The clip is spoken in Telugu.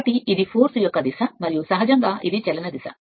కాబట్టి ఇది శక్తి యొక్క దిశ మరియు సహజంగా ఇది చలన దిశ